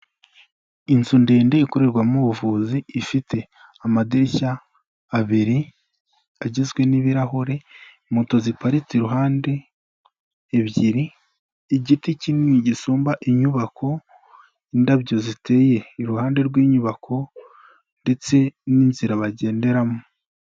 Inzu ndende ikorerwamo ubuvuzi, ifite amadirishya abiri agizwe n'ibirahure, moto ziparitse iruhande ebyiri, igiti kinini gisumba inyubako, indabyo ziteye iruhande rw'inyubako ndetse n'inzira bagenderamo.